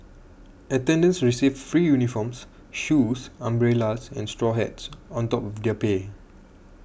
attendants received free uniforms shoes umbrellas and straw hats on top of their pay